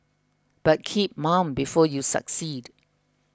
but keep mum before you succeed